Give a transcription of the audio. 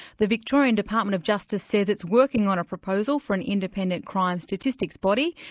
the victorian department of justice said it's working on a proposal for an independent crime statistics body,